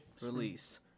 release